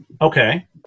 Okay